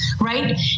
right